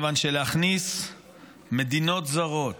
מכיוון שלהכניס מדינות זרות,